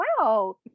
wow